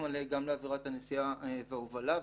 גם לעבירת הנשיאה וההובלה,